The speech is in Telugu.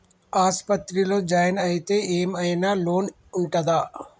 ఆస్పత్రి లో జాయిన్ అయితే ఏం ఐనా లోన్ ఉంటదా?